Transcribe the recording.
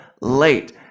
late